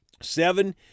Seven